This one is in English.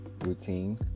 routine